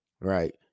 right